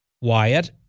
Wyatt